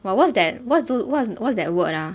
but what's that what to what's what's that word ah